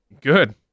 Good